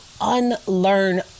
unlearn